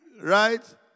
Right